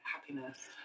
happiness